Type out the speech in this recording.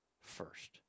first